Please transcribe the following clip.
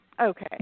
Okay